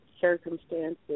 circumstances